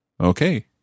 Okay